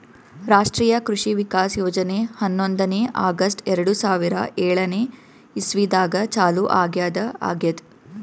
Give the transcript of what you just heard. ರಾಷ್ಟ್ರೀಯ ಕೃಷಿ ವಿಕಾಸ್ ಯೋಜನೆ ಹನ್ನೊಂದನೇ ಆಗಸ್ಟ್ ಎರಡು ಸಾವಿರಾ ಏಳನೆ ಇಸ್ವಿದಾಗ ಚಾಲೂ ಆಗ್ಯಾದ ಆಗ್ಯದ್